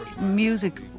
music